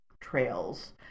trails